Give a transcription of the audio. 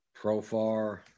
Profar